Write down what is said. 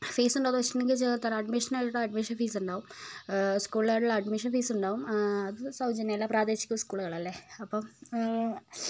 fees ഉണ്ടോ എന്ന് വെച്ചിട്ടുണ്ടെങ്കിൽ ചെറിയൊരു തുക അഡ്മിഷനായിട്ട് അഡ്മിഷൻ ഫീസ് ഉണ്ടാകും സ്കൂളിലോട്ടുള്ള അഡ്മിഷൻ ഫീസ് ഉണ്ടാകും അത് സൗജന്യമല്ല പ്രാദേശിക സ്കൂളുകളല്ലേ അപ്പം